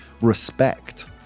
respect